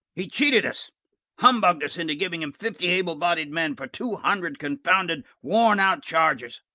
he cheated us humbugged us into giving him fifty able bodied men for two hundred confounded worn out chargers.